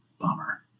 Bummer